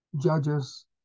judges